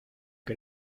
que